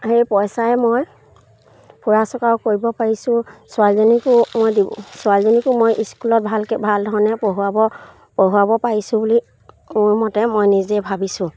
সেই পইচাই মই ফুৰা চকাও কৰিব পাৰিছোঁ ছোৱালীজনীকো মই দি ছোৱালীজনীকো মই স্কুলত ভালকৈ ভাল ধৰণে পঢ়োৱাব পঢ়োৱাব পাৰিছোঁ বুলি মোৰ মতে মই নিজে ভাবিছোঁ